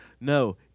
No